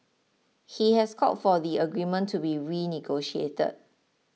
he has called for the agreement to be renegotiated